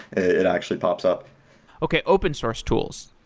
it actually pops up okay. open-source tools.